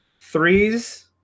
threes